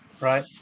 right